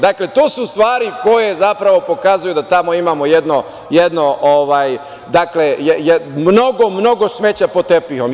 Dakle, to su stvari koje zapravo pokazuju da tamo imamo jedno, mnogo smeća pod tepihom.